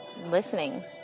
listening